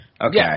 Okay